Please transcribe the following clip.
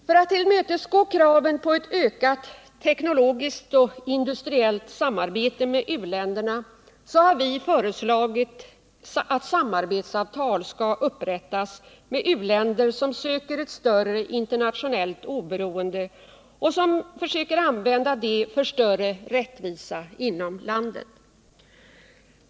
För att tillmötesgå kraven på ett ökat teknologiskt och industriellt samarbete med u-länderna har vi föreslagit att samarbetsavtal skall upprättas med u-länder som söker ett större internationellt oberoende och som försöker använda detta för större rättvisa inom landet.